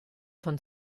von